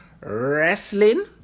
Wrestling